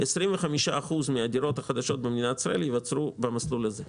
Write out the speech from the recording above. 25% מהדירות החדשות במדינת ישראל ייווצרו במסלול הזה.